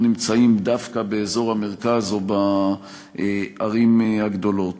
נמצאים דווקא באזור המרכז או בערים הגדולות.